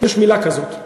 יש מילה כזאת.